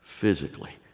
Physically